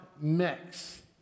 mix